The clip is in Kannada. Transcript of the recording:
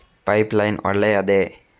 ಪೈಪ್ ಲೈನ್ ಒಳ್ಳೆಯದೇ?